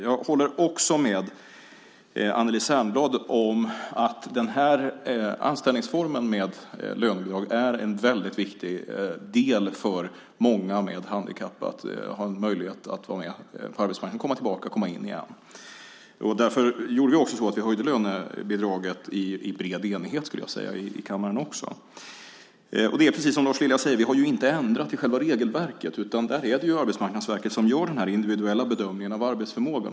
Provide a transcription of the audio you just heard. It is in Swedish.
Jag håller också med Anneli Särnblad om att anställningsformen med lönebidrag är en väldigt viktig del för många med handikapp när det gäller att ha en möjlighet att vara med på arbetsmarknaden eller att komma in där igen. Därför höjde vi också här i kammaren lönebidraget i, skulle jag vilja säga, bred enighet. Det är precis som Lars Lilja säger, nämligen att vi inte har ändrat i själva regelverket, utan det är Arbetsmarknadsverket som gör den individuella bedömningen av arbetsförmågan.